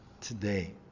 Today